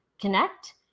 connect